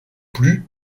plus